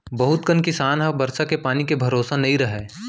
बहुत कन किसान ह बरसा के पानी के भरोसा नइ रहय